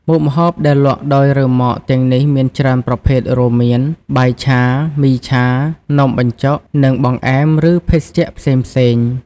មុខម្ហូបដែលលក់ដោយរ៉ឺម៉កទាំងនេះមានច្រើនប្រភេទ រួមមាន បាយឆា មីឆា នំបញ្ចុក និងបង្អែម ឬភេសជ្ជៈផ្សេងៗ។